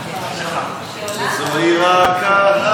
ההצעה להעביר את הצעת חוק שירותי תשלום,